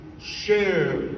share